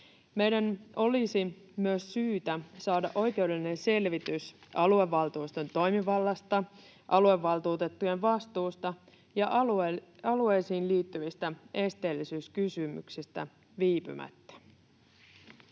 Meidän olisi myös syytä saada oikeudellinen selvitys aluevaltuuston toimivallasta, aluevaltuutettujen vastuusta ja alueisiin liittyvistä esteellisyyskysymyksistä viipymättä.